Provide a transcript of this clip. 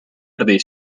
erdi